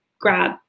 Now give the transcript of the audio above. grab